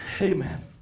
Amen